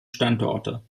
standorte